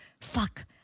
fuck